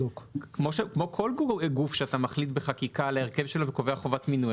כמו כל גוף שאתה מחליט בחקיקה על ההרכב שלו וקובע חובת מינוי.